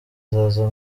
azaza